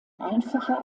einfacher